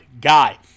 guy